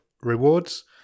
rewards